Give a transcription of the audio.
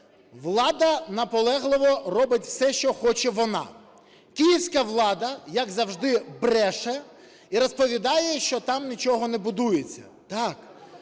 влада наполегливо робить все, що хоче вона. Київська влада, як завжди, бреше, і розповідає, що там нічого не будується. Так,